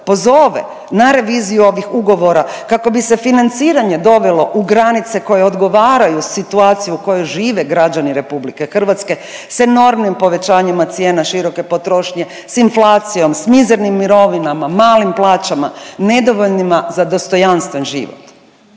pozove na reviziju ovih ugovora kako bi se financiranje dovelo u granice koje odgovaraju situaciji u kojoj žive građani Republike Hrvatske sa enormnim povećanjima cijena široke potrošnje, sa inflacijom, sa mizernim mirovinama, malim plaćama, nedovoljnima za dostojanstven život.